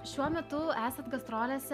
šiuo metu esant gastrolėse